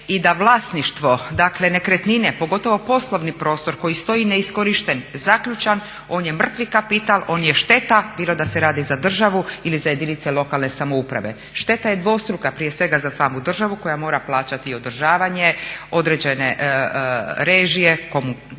i da vlasništvo dakle nekretnine, pogotovo poslovni prostor koji stoji neiskorišten, zaključan, on je mrtvi kapital, on je šteta, bilo da se radi za državu ili za jedinice lokalne samouprave. Šteta je dvostruka prije svega za samu državu koja mora plaćati i održavanje određene režije, komunalije